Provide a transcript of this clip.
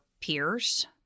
peers